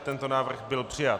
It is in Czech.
Tento návrh byl přijat.